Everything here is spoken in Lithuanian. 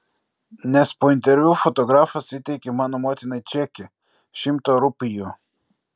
nes po interviu fotografas įteikė mano motinai čekį šimto rupijų